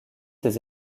ses